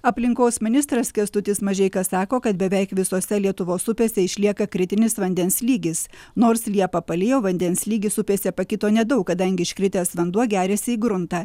aplinkos ministras kęstutis mažeika sako kad beveik visose lietuvos upėse išlieka kritinis vandens lygis nors liepą palijo vandens lygis upėse pakito nedaug kadangi iškritęs vanduo geriasi į gruntą